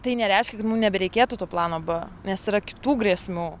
tai nereiškia kad mum nebereikėtų to plano b nes yra kitų grėsmių